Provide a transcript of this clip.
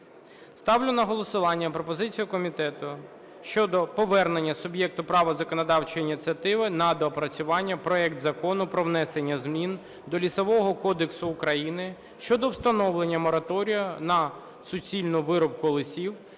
Ставлю на голосування пропозицію комітету щодо повернення суб'єкту права законодавчої ініціативи на доопрацювання проект Закону про внесення змін до Лісового кодексу України щодо встановлення мораторію на суцільну вирубку лісів